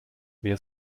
wer